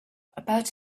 about